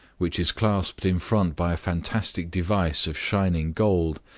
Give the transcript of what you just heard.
which is clasped in front by a fantastic device of shining gold,